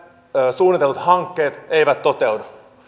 suunnitellut hankkeet eivät toteudu